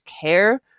care